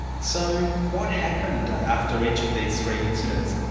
so what happened after each of these three incidents?